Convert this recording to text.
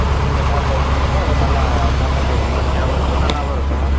அதை நீங்கள் சாப்பிட்டு வந்தீங்கன்னாக்க அது நல்லா கண்ணுக்குக் குளிர்ச்சியாகவும் இருக்கும் நல்லாவும் இருக்கும்